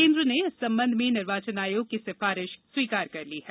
केंद्र ने इस सम्बंध में निर्वाचन आयोग की सिफारिश स्वीकार कर ली है